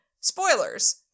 spoilers